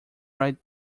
right